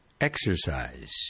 exercise